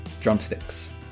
drumsticks